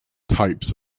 types